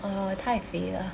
um 太肥了